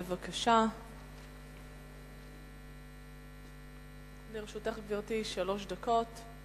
בבקשה, לרשותך שלוש דקות.